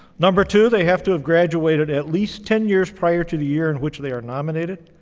number two, they have to have graduated at least ten years prior to the year in which they are nominated.